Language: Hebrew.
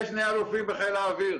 יש שני אלופים בחיל האוויר.